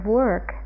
work